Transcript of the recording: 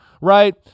right